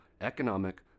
economic